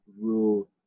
rule